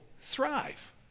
thrive